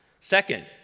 Second